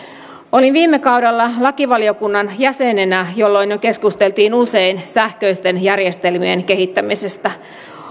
olin viime kaudella lakivaliokunnan jäsenenä jolloin jo keskusteltiin usein sähköisten järjestelmien kehittämisestä